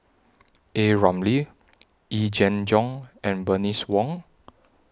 A Ramli Yee Jenn Jong and Bernice Wong